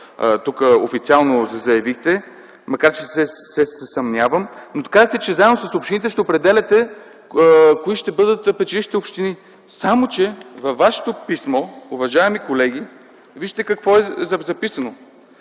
Вие официално заявихте, макар че се съмнявам, но казахте, че заедно с общините ще определяте кои ще бъдат печелившите общини. Във вашето писмо, уважаеми колеги, вижте какво е записано: